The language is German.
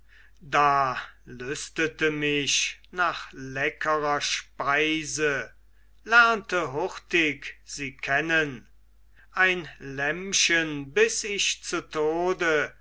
da lüstete mich nach leckerer speise lernte hurtig sie kennen ein lämmchen biß ich zu tode